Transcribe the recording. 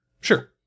Sure